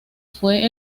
fue